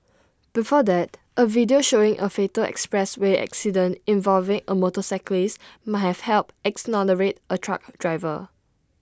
before that A video showing A fatal expressway accident involving A motorcyclist might have helped exonerate A truck driver